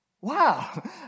Wow